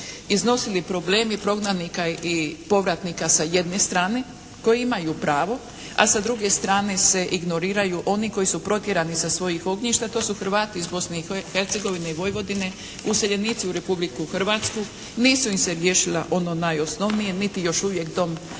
iznosili problemi prognanika i povratnika s jedne strane koji imaju pravo, a s druge strane se ignoriraju oni koji su protjerani sa svojih ognjišta. To su Hrvati iz Bosne i Hercegovine i Vojvodine, useljenici u Republiku Hrvatsku, nisu im se riješilo ono najosnovnije niti još uvijek dom nad